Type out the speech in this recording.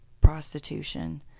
prostitution